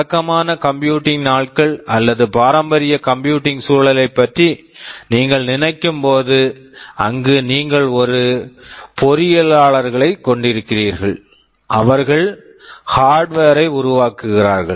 வழக்கமான computing computing நாட்கள் அல்லது பாரம்பரிய கம்ப்யூட்டிங் சூழலைப் பற்றி நீங்கள் நினைக்கும் போது அங்கு நீங்கள் ஒரு பொறியியலாளர்களைக் கொண்டிருக்கிறீர்கள் அவர்கள் ஹார்ட்வர் hardware ஐ உருவாக்குகிறார்கள்